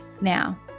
Now